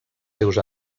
seus